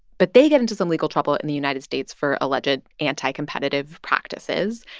but they get into some legal trouble in the united states for alleged anti-competitive practices.